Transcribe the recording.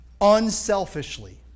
unselfishly